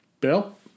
Bill